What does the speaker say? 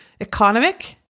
economic